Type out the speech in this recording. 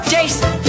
Jason